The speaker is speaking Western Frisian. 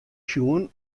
sjoen